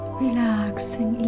relaxing